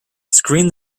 screen